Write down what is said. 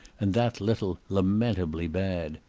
and that little lamentably bad.